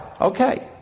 Okay